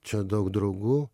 čia daug draugų